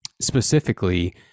specifically